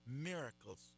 miracles